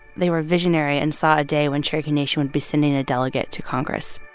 they were visionary and saw a day when cherokee nation would be sending a delegate to congress